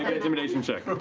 intimidation check.